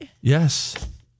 Yes